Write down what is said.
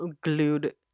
glued